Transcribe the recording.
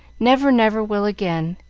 never, never, will again.